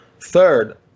Third